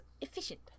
efficient